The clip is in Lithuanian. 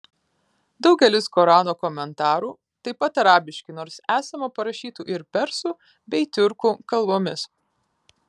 daugelis korano komentarų taip pat arabiški nors esama parašytų ir persų bei tiurkų kalbomis